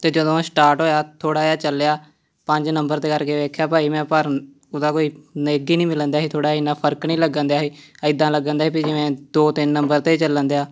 ਅਤੇ ਜਦੋਂ ਇਹ ਸਟਾਰਟ ਹੋਇਆ ਥੋੜ੍ਹਾ ਜਿਹਾ ਚੱਲਿਆ ਪੰਜ ਨੰਬਰ 'ਤੇ ਕਰਕੇ ਦੇਖਿਆ ਭਾਈ ਮੈਂ ਪਰ ਉਹਦਾ ਕੋਈ ਨਿੱਘ ਹੀ ਨਹੀਂ ਮਿਲਣ ਦਿਆ ਹੀ ਥੋੜ੍ਹਾ ਇੰਨਾ ਫਰਕ ਨਹੀਂ ਲੱਗਣ ਦਿਆ ਹੀ ਇੱਦਾਂ ਲੱਗਣ ਦਿਆ ਹੀ ਵੀ ਜਿਵੇਂ ਦੋ ਤਿੰਨ ਨੰਬਰ 'ਤੇ ਚੱਲਣ ਦਿਆ